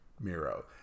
Miro